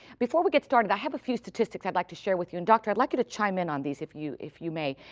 before we get started, i have a few statistics i'd like to share with you, and doctor, i'd like you to chime in on these if you if you may.